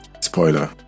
Spoiler